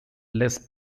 les